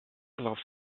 love